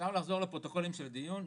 אפשר לחזור לפרוטוקולים של הדיון.